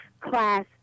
Class